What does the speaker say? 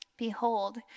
Behold